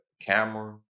camera